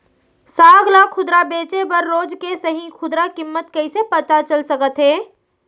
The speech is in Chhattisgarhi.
साग ला खुदरा बेचे बर रोज के सही खुदरा किम्मत कइसे पता चल सकत हे?